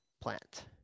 Plant